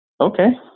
okay